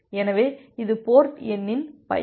எனவே அது போர்ட் எண்ணின் பயன்